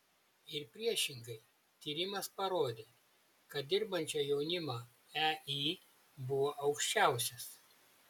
ir priešingai tyrimas parodė kad dirbančio jaunimo ei buvo aukščiausias